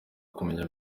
kumenya